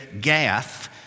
Gath